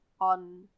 on